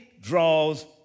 draws